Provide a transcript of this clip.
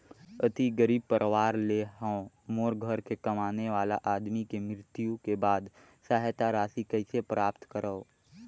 अति गरीब परवार ले हवं मोर घर के कमाने वाला आदमी के मृत्यु के बाद सहायता राशि कइसे प्राप्त करव?